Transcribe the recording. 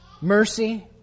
mercy